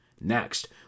Next